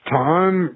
time